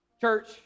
Church